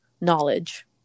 knowledge